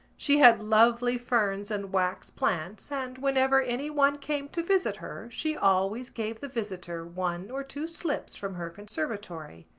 she had lovely ferns and wax-plants and, whenever anyone came to visit her, she always gave the visitor one or two slips from her conservatory.